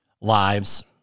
lives